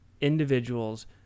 individuals